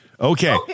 okay